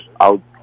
out